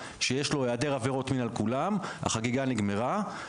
שיש לו העדר עבירות מין על כולם החגיגה נגמרה,